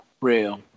Real